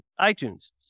iTunes